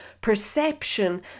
perception